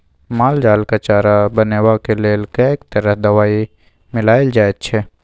माल जालक चारा बनेबाक लेल कैक तरह दवाई मिलाएल जाइत छै